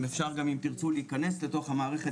אם תרצו אפשר גם להיכנס לתוך המערכת